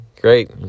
Great